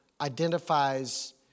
identifies